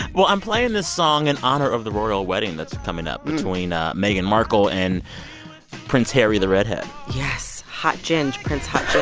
well, i'm playing this song in honor of the royal wedding that's coming up between ah meghan markle and prince harry the redhead yes, hot ging. prince hot ging